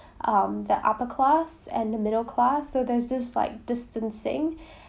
um the upper class and the middle class so there's this like distancing